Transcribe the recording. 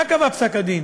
מה קבע פסק-הדין?